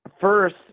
first